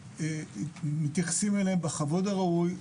מתייחסים לתלמידים בכבוד הראוי,